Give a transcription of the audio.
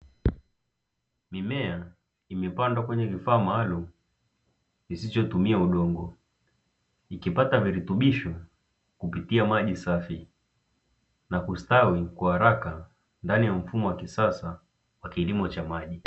Mimea imepandwa kwenye kifaa maalumu kisichotumia udongo, ikipata virutubisho kupitia maji safi na kustawi kwa haraka ndani ya mfumo wa kisasa wa kilimo cha maji.